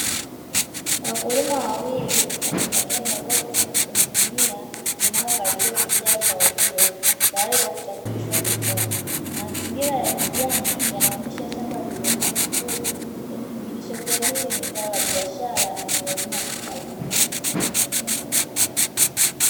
Wakulima wawili, wakipakia karoti kwenye gunia linalokaribia kujaa zao hilo, tayari kwa kusafirisha sokoni. Mazingira ya kijani yanaonyesha shamba lililolimwa vizuri yakithibitisha kuwa, hili ni zao la biashara linalolimwa kwa faida.